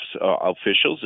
officials